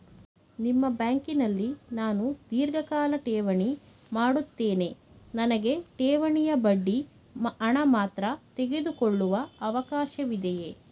ನಿಮ್ಮ ಬ್ಯಾಂಕಿನಲ್ಲಿ ನಾನು ಧೀರ್ಘಕಾಲ ಠೇವಣಿ ಮಾಡಿರುತ್ತೇನೆ ನನಗೆ ಠೇವಣಿಯ ಬಡ್ಡಿ ಹಣ ಮಾತ್ರ ತೆಗೆದುಕೊಳ್ಳುವ ಅವಕಾಶವಿದೆಯೇ?